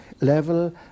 level